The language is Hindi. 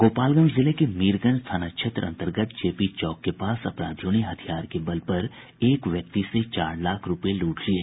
गोपालगंज जिले के मीरगंज थाना क्षेत्र अंतर्गत जेपी चौक के पास अपराधियों ने हथियार के बल पर एक व्यक्ति से चार लाख रूपये लूट लिये